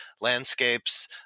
landscapes